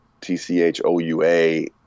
T-C-H-O-U-A